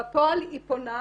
בפועל היא פונה,